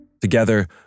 Together